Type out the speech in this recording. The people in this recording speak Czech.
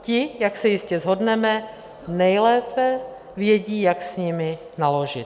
Ti, jak se jistě shodneme, nejlépe vědí, jak s nimi naložit.